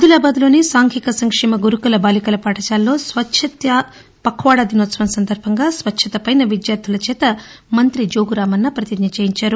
ఆదిలాబాద్లోని సాంఘిక సంక్షేమ గురుకుల బాలికల పాఠశాలలో స్వచ్చతీయ పక్వాడా దినోత్సవం సందర్భంగా స్వచ్చతపై విద్యార్థుల చేత మంత్రి జోగు రామన్న పతిజ్ఞ చేయించారు